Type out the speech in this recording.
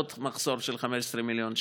עוד מחסור, של 15 מיליון שקל.